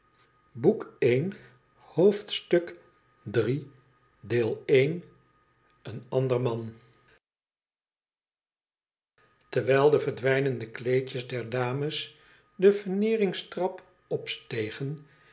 esn amder man terwijl de verdwijnende kleedjes der dames de veneering trap opstegen